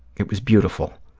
it was beautiful.